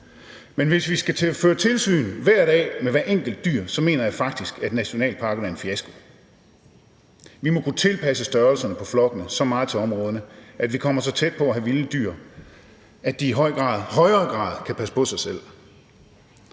men hvis vi skal til at føre tilsyn hver dag med hvert enkelt dyr, mener jeg faktisk, at nationalparkerne er en fiasko. Vi må kunne tilpasse størrelserne på flokkene så meget til områderne, at vi kommer så tæt på at have vilde dyr, at de i højere grad kan passe på sig selv.